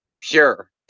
pure